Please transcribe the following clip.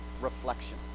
reflection